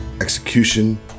execution